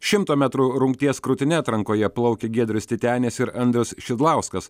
šimto metrų rungties krūtine atrankoje plaukė giedrius titenis ir andrius šidlauskas